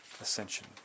ascension